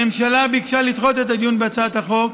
הממשלה ביקשה לדחות את הדיון בהצעות החוק